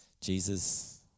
Jesus